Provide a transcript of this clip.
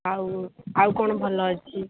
ଆଉ ଆଉ କ'ଣ ଭଲ ଅଛି